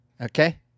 okay